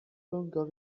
longer